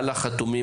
על החתום: